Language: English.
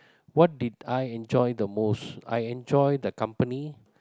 what did I enjoy the most I enjoy the company